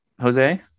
Jose